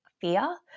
fear